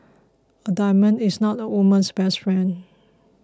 a diamond is not a woman's best friend